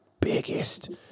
biggest